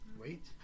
Wait